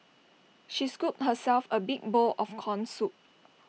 she scooped herself A big bowl of Corn Soup